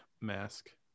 mask